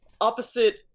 opposite